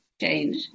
change